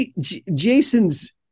Jason's